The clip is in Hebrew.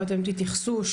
ואתם תתייחסו,